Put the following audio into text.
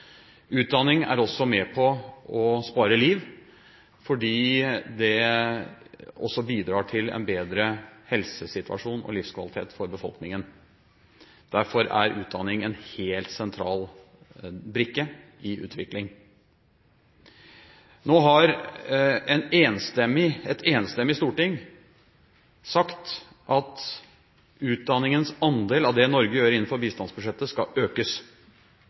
Utdanning er også med på å spare liv, fordi det også bidrar til en bedre helsesituasjon og livskvalitet for befolkningen. Derfor er utdanning en helt sentral brikke i utvikling. Nå har et enstemmig storting sagt at utdanningens andel av det Norge gjør innenfor bistandsbudsjettet, skal økes.